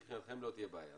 מבחינתכם לא תהיה בעיה,